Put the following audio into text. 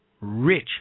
rich